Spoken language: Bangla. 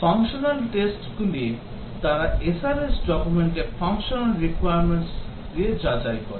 functional test গুলি তারা SRS ডকুমেন্টে functional requirements গুলি যাচাই করে